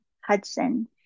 Hudson